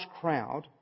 crowd